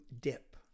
dip